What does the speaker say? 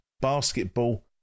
Basketball